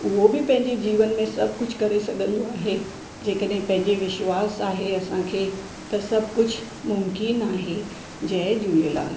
उहो बि पंहिंजी जीवन में सभु कुझु करे सघंदो आहे जेकॾहिं पंहिंजे विश्वास आहे असांखे त सभु कझु मुम्किनु आहे जय झूलेलाल